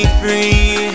free